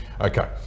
okay